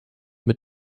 mit